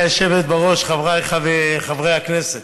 גברתי היושבת בראש, חבריי חברי הכנסת,